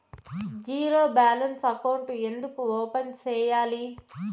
zero balance అకౌంట్లు ఎందుకు open సేయాలి